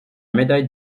médaille